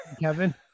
Kevin